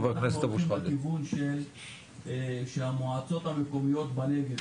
היושב-ראש, --- המועצות המקומיות בנגב